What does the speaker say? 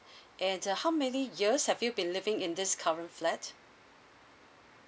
and uh how many years have you been living in this current flat